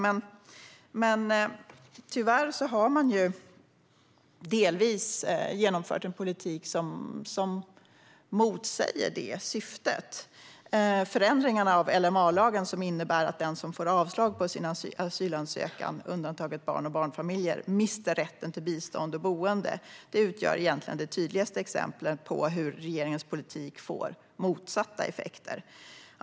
Tyvärr har regeringen med stöd av högerpartierna valt att driva en politik som delvis motsäger det syftet. Förändringen av LMA-lagen innebär att den som får avslag på sin asylansökan, undantaget barn och barnfamiljer, mister rätten till bistånd och boende. Det utgör det tydligaste exemplet på hur regeringens politik får motsatta effekter.